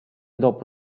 dopo